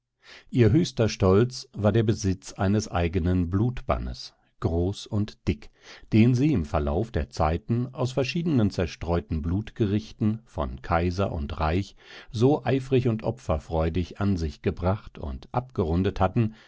ihr höchster stolz war der besitz eines eigenen blutbannes groß und dick den sie im verlauf der zeiten aus verschiedenen zerstreuten blutgerichten von kaiser und reich so eifrig und opferfreudig an sich gebracht und abgerundet hatten